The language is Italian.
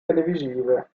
televisive